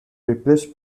replaced